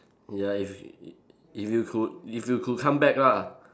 ya if i~ if you could if you could come back lah